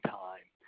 time